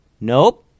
Nope